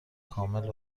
کامل